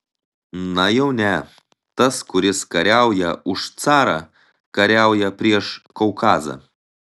na jau ne tas kuris kariauja už carą kariauja prieš kaukazą